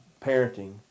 parenting